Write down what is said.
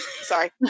Sorry